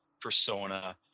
persona